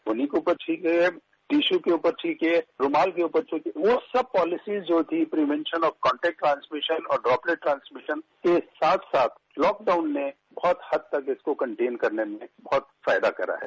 कोहनी के ऊपर छींकिए टीशू के ऊपर छींकिए रूमाल के ऊपर छींकिए वो सब पॉलिसी जो कि प्रिवेंशन ऑफ कॉन्टेक्ट ट्रांसमिशन और ड्रॉपलेट ट्रांसमिशन के साथ साथ लॉकडाउन ने बहुत हद तक इसको कंटेन करने में बहुत फायदा करा है